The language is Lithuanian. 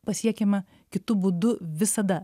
pasiekiama kitu būdu visada